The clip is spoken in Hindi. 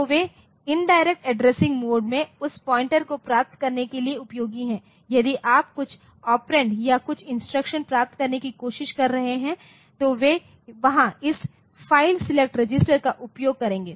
तो वे इंडिरेक्ट एड्रेसिंग मोड में उस पॉइंटर को प्राप्त करने के लिए उपयोगी हैं यदि आप कुछ ऑपरेंड या कुछ इंस्ट्रक्शन प्राप्त करने की कोशिश कर रहे हैं तो वे वहां इस फाइल सेलेक्ट रजिस्टर का उपयोग करेंगे